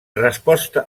resposta